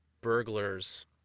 burglars